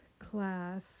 class